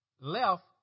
left